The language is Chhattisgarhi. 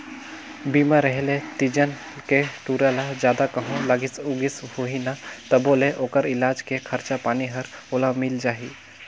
बीमा रेहे ले तीजन के टूरा ल जादा कहों लागिस उगिस होही न तभों ले ओखर इलाज के खरचा पानी हर ओला मिल जाही